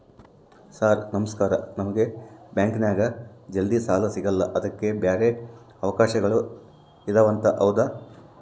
Sir ನಮಸ್ಕಾರ ನಮಗೆ ಬ್ಯಾಂಕಿನ್ಯಾಗ ಜಲ್ದಿ ಸಾಲ ಸಿಗಲ್ಲ ಅದಕ್ಕ ಬ್ಯಾರೆ ಅವಕಾಶಗಳು ಇದವಂತ ಹೌದಾ?